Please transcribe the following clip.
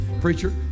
preacher